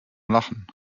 lachen